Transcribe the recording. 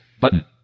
button